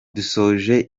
dusoje